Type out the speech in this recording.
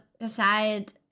decide